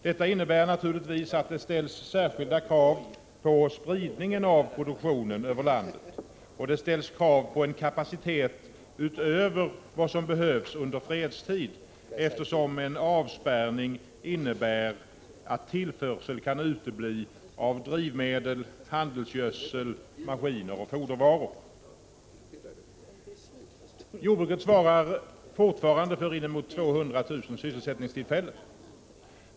Detta innebär naturligtvis att det ställs särskilda krav på spridningen av produktionen över landet, och det ställs krav på en kapacitet utöver vad som behövs under fredstid, eftersom en avspärrning innebär att tillförsel kan utebli av drivmedel, handelsgödsel, maskiner och fodervaror. Jordbruket svarar fortfarande för inemot 200 000 sysselsättningstillfällen.